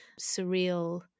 surreal